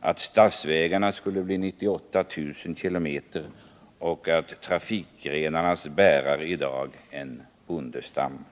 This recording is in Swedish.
att statsvägarna skulle bli 98 000 km och trafikgrenarnas bärare i dag en ”Bondestam”.